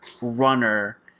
runner